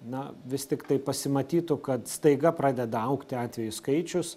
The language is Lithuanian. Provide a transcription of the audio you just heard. na vis tiktai pasimatytų kad staiga pradeda augti atvejų skaičius